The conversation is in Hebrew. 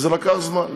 זה לקח זמן.